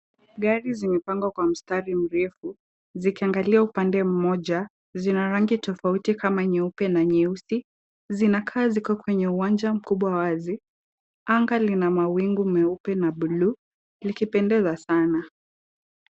Gari zimepangwa kwa mstari mrefu ,zikiangalia upande mmoja ,zina rangi tofauti kama nyeupe na nyeusi ,zinakaa ziko kwenye uwanja mkubwa wazi .Anga lina mawingu meupe na bluu ,likipendeza sana.